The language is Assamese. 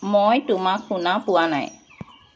মই তোমাক শুনা পোৱা নাই